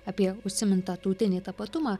apie užsimintą tautinį tapatumą